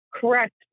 correct